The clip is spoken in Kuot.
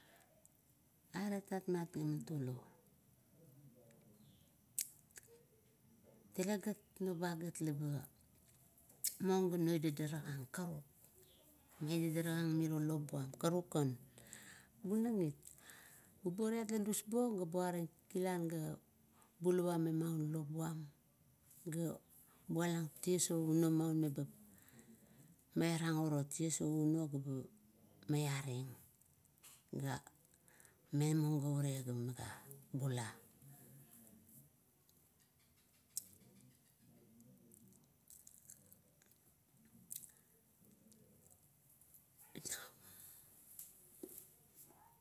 Aret tatmat gaman tulo, teregat no ba gat, muong ga madadarakang karuk, madadarakang miro lop buam karukan, bunang it, buburaiat la dusbuong ga buaring kilan ga bulawa memaun lop buam, ga bulang ties ounou meba maiara uro ties ounou gamaiaring. Na mung gaure ganaga bula.